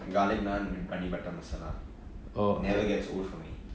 garlic naan paneer butter masala never gets old for me